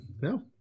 no